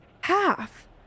Half